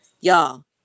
Y'all